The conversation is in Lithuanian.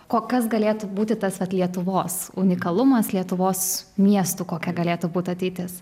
ko kas galėtų būti tas vat lietuvos unikalumas lietuvos miestų kokia galėtų būt ateitis